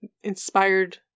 inspired